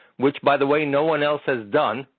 which by the way, no one else has done,